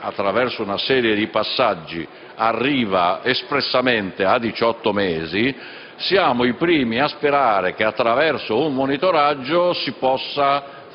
attraverso una serie di passaggi, arriva espressamente ai diciotto mesi; siamo i primi a sperare che attraverso un monitoraggio si possa